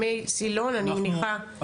מי סילון אני מניחה,